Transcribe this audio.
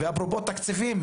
ואפרופו תקציבים,